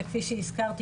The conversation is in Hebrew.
וכפי שהזכרתי,